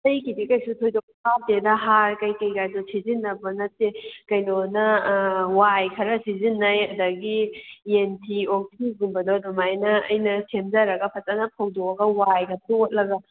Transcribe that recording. ꯑꯩꯒꯤꯗꯤ ꯀꯩꯁꯨ ꯊꯣꯏꯗꯣꯛꯄ ꯍꯥꯞꯇꯦꯗ ꯍꯥꯔ ꯀꯩꯀꯩꯒꯗꯨ ꯁꯤꯖꯤꯟꯅꯕ ꯅꯠꯇꯦ ꯀꯩꯅꯣꯅ ꯑ ꯋꯥꯏ ꯈꯔ ꯁꯤꯖꯤꯟꯅꯩ ꯑꯗꯨꯗꯒꯤ ꯌꯦꯟꯊꯤ ꯑꯣꯛꯊꯤꯒꯨꯝꯕꯗꯣ ꯑꯗꯨꯃꯥꯏꯅ ꯑꯩꯅ ꯁꯦꯝꯖꯔꯒ ꯐꯖꯅ ꯐꯥꯎꯗꯣꯛꯑꯒ ꯋꯥꯏꯒ ꯇꯣꯠꯂꯒ